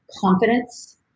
confidence